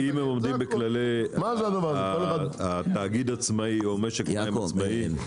אם הם עומדים בכללי התאגיד העצמאי או משק מים עצמאי,